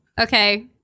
Okay